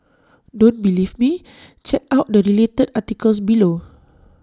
don't believe me check out the related articles below